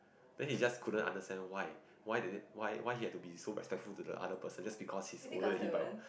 then he just couldn't understand why why is it why why he have to be so much thankful to the other person just because he's older than him by